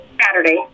Saturday